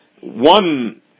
one